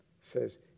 says